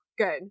Good